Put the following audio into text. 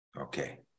Okay